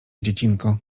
dziecinko